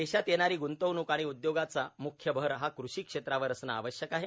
देशात येणारी ग्तवणूक आणि उद्योगांचा मुख्य भर हा कृषी क्षेत्रावर असणे आवश्यक आहे